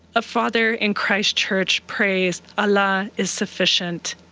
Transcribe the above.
a father in christchurch prays allah is sufficient.